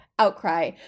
Outcry